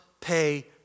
pay